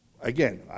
Again